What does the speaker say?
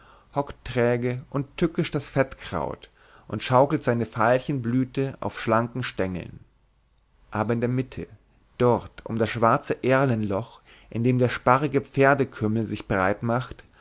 hockt träge und tückisch das fettkraut und schaukelt seine veilchenblüten auf schlanken stengeln aber in der mitte dort um das schwarze erlenloch in dem der sparrige pferdekümmel sich breit macht